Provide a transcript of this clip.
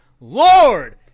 lord